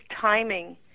timing